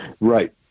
Right